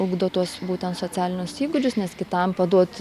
ugdo tuos būtent socialinius įgūdžius nes kitam paduot